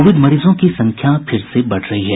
Covid मरीजों की संख्या फिर से बढ़ रही है